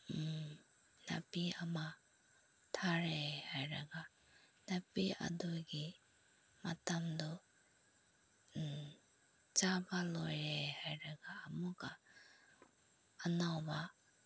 ꯅꯥꯄꯤ ꯑꯃ ꯊꯥꯔꯦ ꯍꯥꯏꯔꯒ ꯅꯥꯄꯤ ꯑꯗꯨꯒꯤ ꯃꯇꯝꯗꯨ ꯆꯥꯕ ꯂꯣꯏꯔꯦ ꯍꯥꯏꯔꯒ ꯑꯃꯨꯛꯀ ꯑꯅꯧꯕ